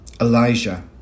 Elijah